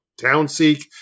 Townseek